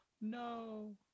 No